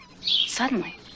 Suddenly-